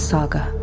Saga